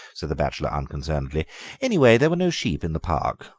said the bachelor unconcernedly anyway, there were no sheep in the park,